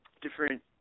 different